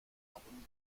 album